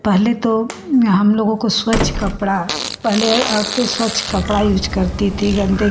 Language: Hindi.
पहले तो हम लोगों को स्वच्छ कपड़ा पहले औरतें स्वच्छ कपड़ा ही यूज करती थी गंदे